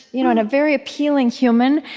you know and a very appealing human.